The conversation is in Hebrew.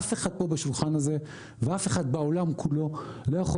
אף אחד פה בשולחן הזה ואף אחד בעולם כולו לא יכול